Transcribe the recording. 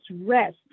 rest